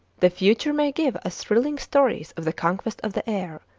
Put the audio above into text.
the future may give us thrilling stories of the conquest of the air,